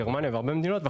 גרמניה והרבה מדינות,